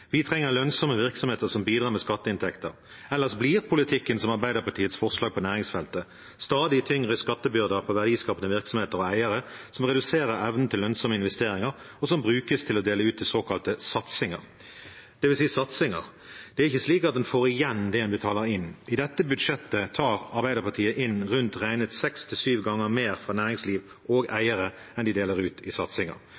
Vi trenger lønnsomme virksomheter som bidrar med skatteinntekter. Ellers blir politikken som Arbeiderpartiets forslag på næringsfeltet: stadig tyngre skattebyrder på verdiskapende virksomheter og eiere, som reduserer evnen til lønnsomme investeringer, og som brukes til å dele ut til såkalte satsinger. Det vil si satsinger: Det er ikke slik at en får igjen det en betaler inn. I dette budsjettet tar Arbeiderpartiet inn rundt regnet seks–syv ganger mer fra næringsliv og